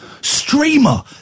streamer